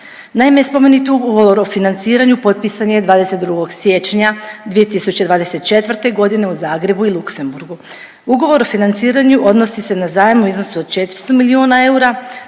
Naime, spomenut ugovor o financiranju potpisan je 22. siječnja 2024. g. u Zagrebu i Luksemburgu. Ugovor o financiranju odnosi se na zajam u iznosu od 400 milijuna eura,